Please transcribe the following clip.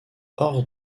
hors